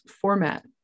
format